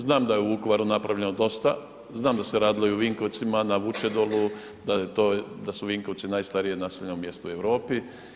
Znam da je u Vukovaru napravljeno dosta, znam da se radilo i u Vinkovcima na Vučedolu, da su Vinkovci najstarije naseljeno mjesto u Europi.